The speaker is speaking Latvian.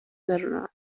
nerunā